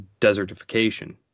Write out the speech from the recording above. desertification